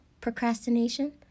procrastination